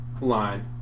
line